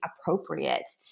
appropriate